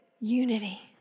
Unity